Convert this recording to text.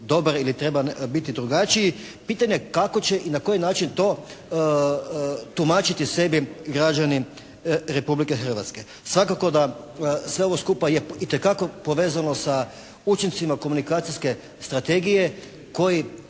dobar ili treba biti drugačiji, pitanje je kako će i na koji način to tumačiti sebi građani Republike Hrvatske. Svakako da sve ovo skupa je itekako povezano sa učincima komunikacijske strategije koji